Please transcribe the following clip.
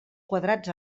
quadrats